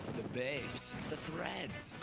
babes, the threads,